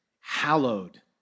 hallowed